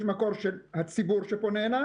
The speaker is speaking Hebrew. יש מקור של הציבור שפונה אלי